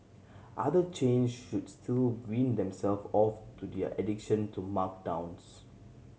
other chains should still wean themselves off to their addiction to markdowns